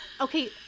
okay